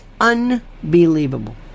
unbelievable